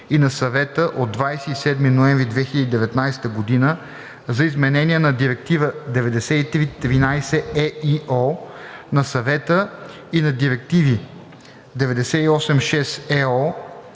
и на Съвета от 27 ноември 2019 година за изменение на Директива 93/13/ЕИО на Съвета и на Директиви 98/6/ЕО,